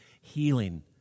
healing